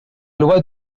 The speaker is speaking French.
loi